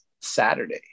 Saturday